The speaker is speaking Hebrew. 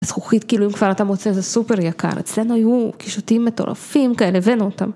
זכוכית, כאילו אם כבר אתה מוצא איזה סופר יקר אצלנו היו קישוטים מטורפים כאלה הבנו אותם.